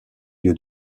lieu